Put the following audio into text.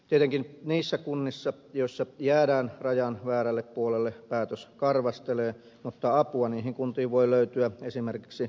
tietenkin niissä kunnissa joissa jäädään rajan väärälle puolelle päätös karvastelee mutta apua niihin kuntiin voi löytyä esimerkiksi rakennemuutostuen kautta